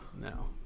No